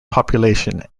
population